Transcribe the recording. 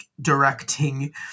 directing